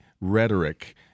rhetoric